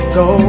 go